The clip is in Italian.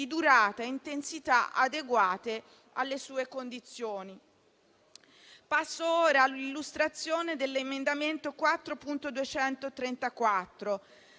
intensità adeguate alle sue condizioni. Passo ora all'illustrazione dell'emendamento 4.234